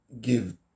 give